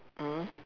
mm